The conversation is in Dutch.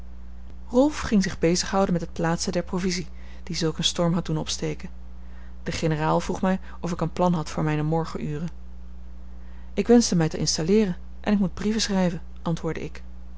rolf ging zich bezighouden met het plaatsen der provisie die zulk een storm had doen opsteken de generaal vroeg mij of ik een plan had voor mijne morgenuren ik wenschte mij te installeeren en ik moet brieven schrijven antwoordde ik